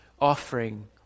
offering